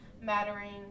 Mattering